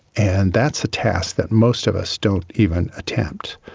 and that's a task that most of us don't even attempt.